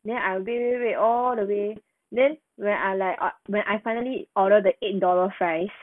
then I will wait wait wait all the way then when I like err when I finally ordered that eight dollar fries